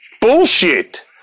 Bullshit